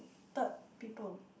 third people